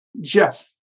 Jeff